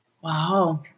Wow